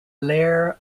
lair